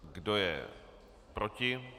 Kdo je proti?